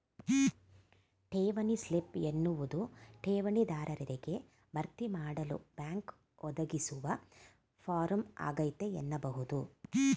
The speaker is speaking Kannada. ಠೇವಣಿ ಸ್ಲಿಪ್ ಎನ್ನುವುದು ಠೇವಣಿ ದಾರರಿಗೆ ಭರ್ತಿಮಾಡಲು ಬ್ಯಾಂಕ್ ಒದಗಿಸುವ ಫಾರಂ ಆಗೈತೆ ಎನ್ನಬಹುದು